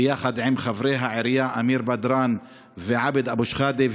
ביחד עם חברי העירייה אמיר בדראן ועבד אבו שחאדה,